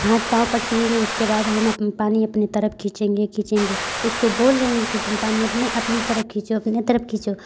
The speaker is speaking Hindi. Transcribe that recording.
हाथ पाव पटकेंगे उसके बाद हम अप पानी अपने तरफ खींचेंगे खींचेंगे उसको बोल रहे हैं कि तुम पानी अपने अपने तरफ खींचो अपने तरफ खींचो